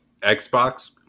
Xbox